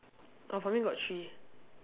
oh for me got three